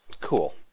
cool